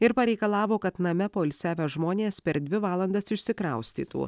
ir pareikalavo kad name poilsiavę žmonės per dvi valandas išsikraustytų